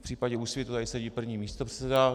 V případě Úsvitu tady sedí první místopředseda.